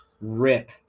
Rip